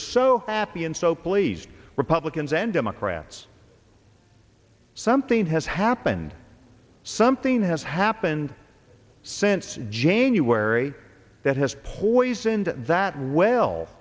so happy and so please republicans and democrats something has happened something has happened since january that has poisoned that well